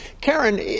Karen